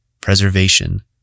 preservation